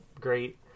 great